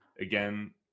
again